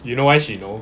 you know why she know